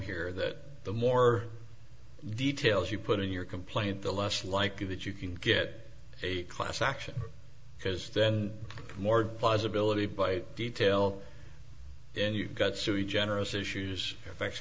here that the more details you put in your complaint the less likely that you can get a class action because then more possibility by detail and you got so generous issues